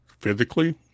physically